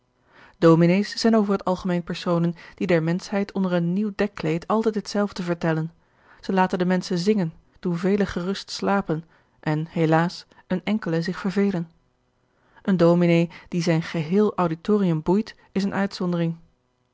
dominés zijn over het algemeen personen die der menschheid onder een nieuw dekkleed altijd hetzelfde vertellen zij laten de menschen zingen doen velen gerust slapen en helaas een enkele zich vervelen een dominé die zijn geheel auditorium boeit is eene uitzondering